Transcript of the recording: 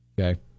Okay